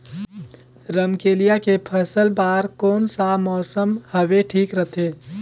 रमकेलिया के फसल बार कोन सा मौसम हवे ठीक रथे?